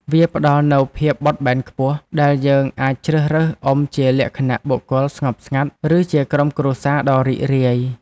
វាផ្ដល់នូវភាពបត់បែនខ្ពស់ ដែលយើងអាចជ្រើសរើសអុំជាលក្ខណៈបុគ្គលស្ងប់ស្ងាត់ ឬជាក្រុមគ្រួសារដ៏រីករាយ។